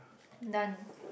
none